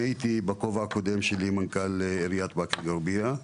בכובע הקודם שלי הייתי מנכ״ל עיריית באקה אל גרבייה,